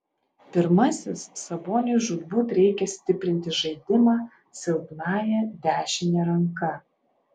pirmasis saboniui žūtbūt reikia stiprinti žaidimą silpnąja dešine ranka